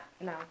no